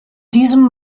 diesem